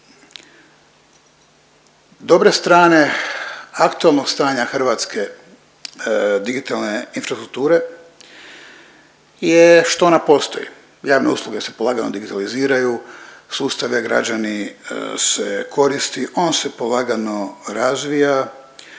dobre strane aktualnog stanja hrvatske digitalne infrastrukture je što ona postoji. Javne usluge se polagano digitaliziraju, sustav e-Građani se koristi, on se polagano razvija